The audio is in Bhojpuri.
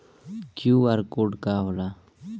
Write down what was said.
क्यू.आर कोड का होला?